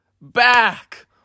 back